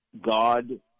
God